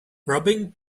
robbing